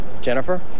Jennifer